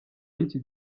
y’iki